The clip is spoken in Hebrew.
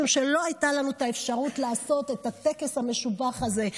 משום שלא הייתה לנו האפשרות לעשות את הטקס המשובח הזה,